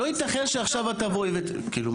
לא ייתכן שעכשיו את תבואי --- כלומר,